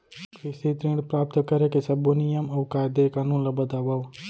कृषि ऋण प्राप्त करेके सब्बो नियम अऊ कायदे कानून ला बतावव?